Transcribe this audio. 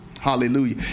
Hallelujah